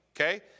Okay